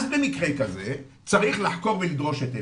אז במקרה כזה צריך לחקור ולדרוש היטב.